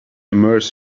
immerse